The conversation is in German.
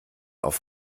auf